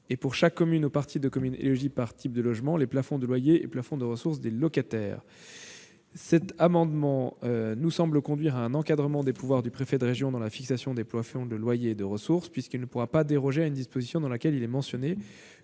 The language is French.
et, pour chaque commune ou partie de commune éligible, par type de logement, les plafonds de loyers et plafonds de ressources des locataires. Les dispositions de cet amendement nous semblent conduire à un encadrement des pouvoirs du préfet de région dans la fixation des plafonds de loyers et de ressources, puisque celui-ci ne pourra déroger à une disposition mentionnant que le loyer et